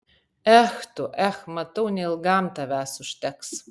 ech tu ech matau neilgam tavęs užteks